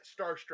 starstruck